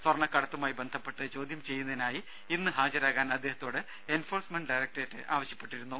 സ്വർണക്കടത്തുമായി ബന്ധപ്പെട്ട് ചോദ്യം ചെയ്യുന്നതിനായി ഇന്ന് ഹാജരാകാൻ അദ്ദേഹത്തോട് എൻഫോഴ്സ്മെന്റ് ഡയറക്ടറേറ്റ് ആവശ്യപ്പെട്ടിരുന്നു